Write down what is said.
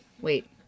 Wait